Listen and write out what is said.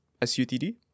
SUTD